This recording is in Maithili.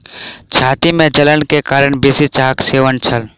छाती में जलन के कारण बेसी चाहक सेवन छल